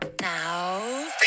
now